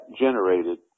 generated